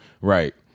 Right